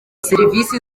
serivisi